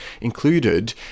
included